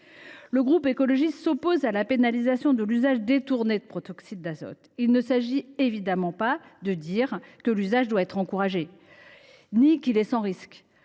et Territoires s’oppose à la pénalisation de l’usage détourné de protoxyde d’azote. Il ne s’agit évidemment pas de dire que celui ci doit être encouragé ni qu’il est sans risque.